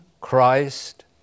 Christ